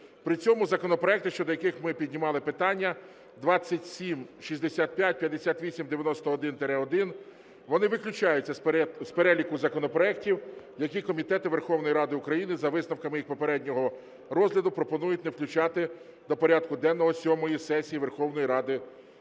При цьому законопроекти, щодо яких ми піднімали питання – 2765, 5891-1, вони виключаються з переліку законопроектів, які комітети Верховної Ради України за висновками їх попереднього розгляду пропонують не включати до порядку денного сьомої сесії Верховної Ради України